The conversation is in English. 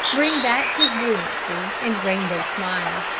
bring back his buoyancy and rainbow smile.